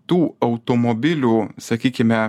tų automobilių sakykime